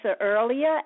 earlier